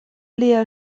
liaj